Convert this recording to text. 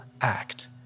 act